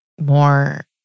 more